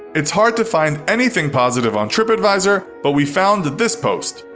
it's hard to find anything positive on tripadvisor, but we found this post,